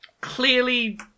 clearly